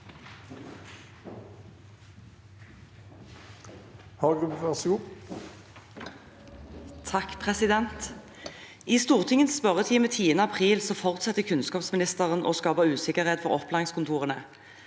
«I Stortingets spørretime 10. april fortsetter kunnskapsministeren å skape usikkerhet for opplæringskontorene.